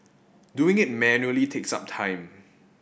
doing it manually takes up time